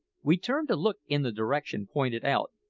we turned to look in the direction pointed out,